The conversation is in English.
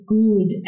good